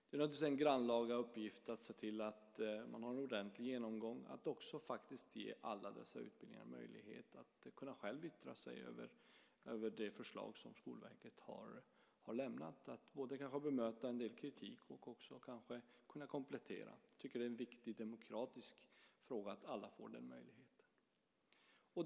Det är naturligtvis en grannlaga uppgift att se till att man har en ordentlig genomgång och att också faktiskt ge alla dessa anordnare av utbildningar möjlighet att själva kunna yttra sig över det förslag som Skolverket har lämnat, att både ha bemötande kritik och att kanske kunna komplettera. Jag tycker att det är en viktig demokratisk fråga att alla får den möjligheten.